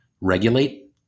regulate